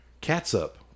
catsup